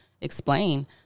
explain